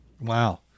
Wow